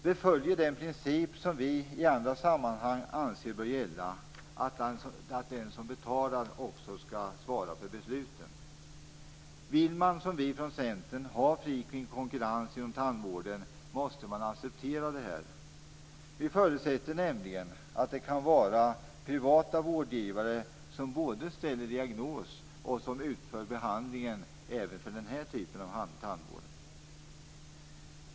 Det följer den princip som vi i andra sammanhang anser bör gälla; att den som betalar också skall fatta besluten. Vill man, som vi i Centern, ha fri konkurrens inom tandvården måste man acceptera det här. Vi förutsätter nämligen att det kan vara privata vårdgivare som både ställer diagnos och utför behandlingen även när det gäller den här typen av tandvård.